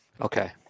Okay